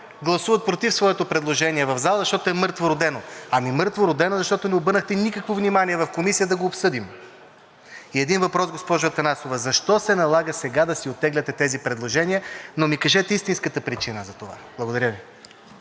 гласуват против своето предложение в залата, защото е мъртвородено. Мъртвородено е, защото не обърнахте никакво внимание в Комисията да го обсъдим. И един въпрос, госпожо Атанасова: защо се налага сега да си оттегляте тези предложения, но ми кажете истинската причина за това? Благодаря Ви.